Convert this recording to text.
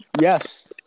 Yes